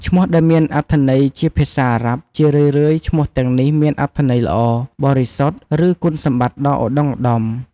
ឈ្មោះដែលមានអត្ថន័យជាភាសាអារ៉ាប់ ជារឿយៗ ឈ្មោះទាំងនេះមានអត្ថន័យល្អ បរិសុទ្ធ ឬគុណសម្បត្តិដ៏ឧត្តុង្គឧត្តម។